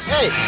Hey